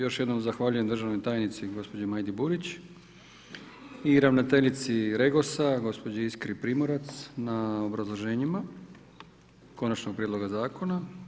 Još jednom zahvaljujem državnoj tajnici gospođi Majdi Burić i ravnateljici REGOS-a gospođi Iskri Primorac na obrazloženjima Konačnog prijedloga zakona.